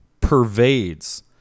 pervades